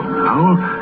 now